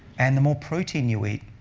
and the more protein you eat,